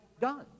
done